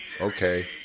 Okay